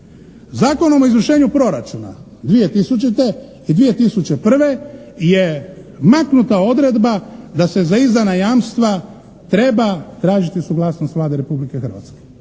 Zakonom o izvršenju proračuna 2000. i 2001. je maknuta odredba da se za izdana jamstva treba tražiti suglasnost Vlade Republike Hrvatske,